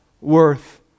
worth